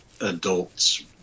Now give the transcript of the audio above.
Adults